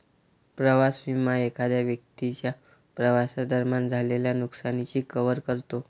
प्रवास विमा एखाद्या व्यक्तीच्या प्रवासादरम्यान झालेल्या नुकसानाची कव्हर करतो